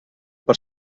per